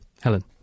Helen